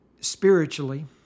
spiritually